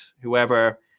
whoever